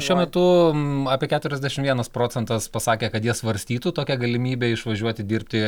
šiuo metu jums apie keturiasdešimt vienas procentas pasakė kad jie svarstytų tokią galimybę išvažiuoti dirbti